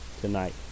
tonight